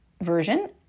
version